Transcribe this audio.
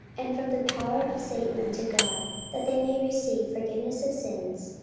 and from the power of satan unto god, that they may receive forgiveness of sins,